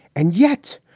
and yet,